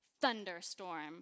thunderstorm